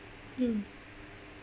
mm